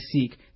seek